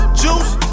juice